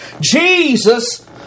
Jesus